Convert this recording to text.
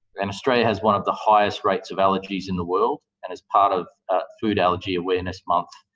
and australia has one of the highest rates of allergies in the world. and as part of food allergy awareness month,